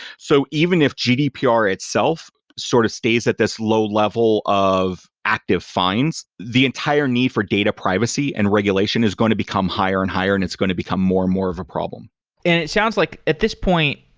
so even if gdpr itself sort of stays at this low level of active finds, the entire need for data privacy and regulation is going to become higher and higher and it's going to become more and more of a problem it sounds like at this point,